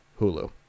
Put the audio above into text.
Hulu